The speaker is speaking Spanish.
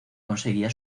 conseguía